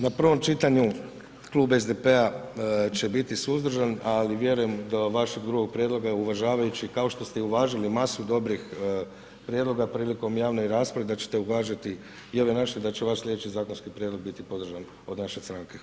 Na prvom čitanju klub SDP-a će biti suzdržan, ali vjerujem do vašeg drugog prijedloga i uvažavajući, kao što ste i uvažili masu dobrih prijedloga prilikom javne rasprave, da ćete uvažiti i ove naše i da će vaš slijedeći zakonski prijedlog biti podržan od naše stranke.